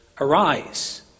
Arise